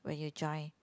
when you join